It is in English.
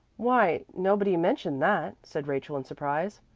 why, nobody mentioned that, said rachel in surprise.